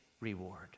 reward